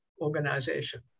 organization